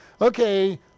okay